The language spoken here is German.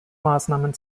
maßnahmen